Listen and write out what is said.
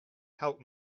help